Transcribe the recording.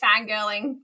fangirling